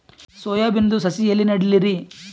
Soya ಬಿನದು ಸಸಿ ಎಲ್ಲಿ ನೆಡಲಿರಿ?